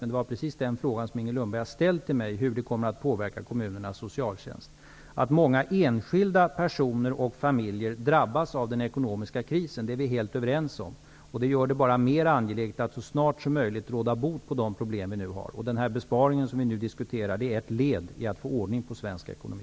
Den fråga som Inger Lundberg ställt till mig gäller just hur den aktuella besparingen kommer att påverka kommunernas socialtjänst. Att många enskilda personer och familjer drabbas av den ekonomiska krisen är vi helt överens om. Det gör det bara mer angeläget att så snart som möjligt råda bot på de problem som vi nu har. Den besparing som vi nu diskuterar är ett led i vår strävan att få ordning på svensk ekonomi.